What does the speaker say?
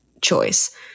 choice